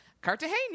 cartagena